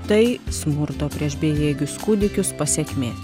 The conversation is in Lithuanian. tai smurto prieš bejėgius kūdikius pasekmė